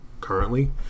currently